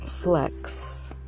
Flex